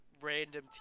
random